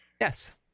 Yes